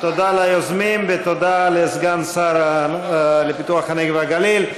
תודה ליוזמים, ותודה לסגן השר לפיתוח הנגב והגליל.